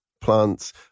plants